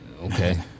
okay